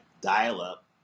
dial-up